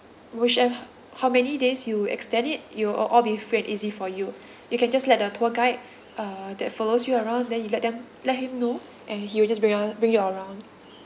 which uh how many days you extend it it will all all be free and easy for you you can just let the tour guide uh that follows you around then you let them let him know and he will just bri~ yo~ bring you around